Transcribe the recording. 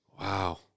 Wow